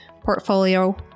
portfolio